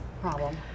problem